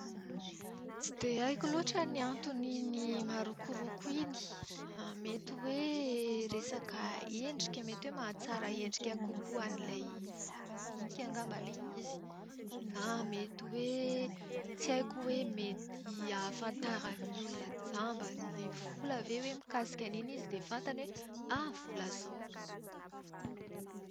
Tsy dia haiko loatra ny anton'iny marokoroko iny. Mety hoe resaka endrika, mety hoe mahatsara endrika kokoa an'ilay vola madinika angamba ilay izy. Na mety hoe tsy haiko hoe mety ahafantaran'ny olona jamba an'ilay vola ve hoe mikasika an'iny izy dia fantany hoe ah! vola izao ty.